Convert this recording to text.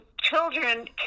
Children